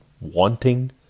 wanting